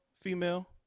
female